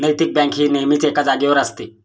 नैतिक बँक ही नेहमीच एकाच जागेवर असते